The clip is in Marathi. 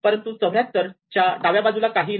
परंतु 74 च्या डाव्या बाजूला काहीही नाही